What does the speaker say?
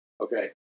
okay